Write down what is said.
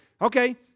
Okay